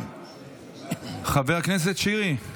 חבר הכנסת שירי,